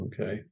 Okay